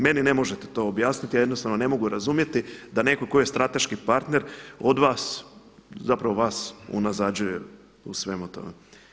Meni ne možete to objasniti, ja jednostavno ne mogu razumjeti da netko tko je strateški partner od vas, zapravo vas unazađuje u svemu tome.